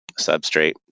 substrate